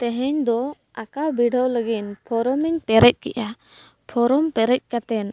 ᱛᱮᱦᱮᱧ ᱫᱚ ᱟᱠᱟᱣ ᱵᱤᱰᱟᱹᱣ ᱞᱟᱹᱜᱤᱫ ᱯᱷᱚᱨᱚᱢᱤᱧ ᱯᱮᱨᱮᱡ ᱠᱮᱜᱼᱟ ᱯᱷᱚᱨᱚᱢ ᱯᱮᱨᱮᱡ ᱠᱟᱛᱮᱫ